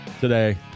today